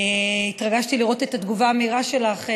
התרגשתי לראות את התגובה המהירה שלך,